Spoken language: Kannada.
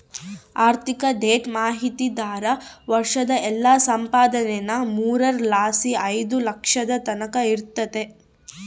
ಆರ್ಥಿಕ ಡೇಟಾ ಮಾಹಿತಿದಾರ್ರ ವರ್ಷುದ್ ಎಲ್ಲಾ ಸಂಪಾದನೇನಾ ಮೂರರ್ ಲಾಸಿ ಐದು ಲಕ್ಷದ್ ತಕನ ಇರ್ತತೆ